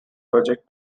project